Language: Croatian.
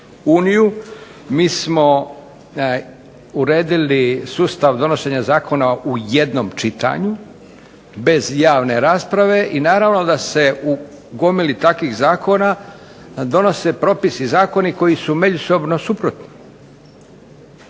mi smo uredili sustav donošenja zakona u jednom čitanju, bez javne rasprave, i naravno da se u gomili takvih zakona donose propisi, zakoni koji su međusobno suprotni,